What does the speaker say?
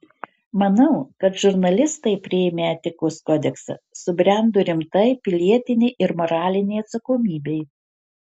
manau kad žurnalistai priėmę etikos kodeksą subrendo rimtai pilietinei ir moralinei atsakomybei